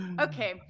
Okay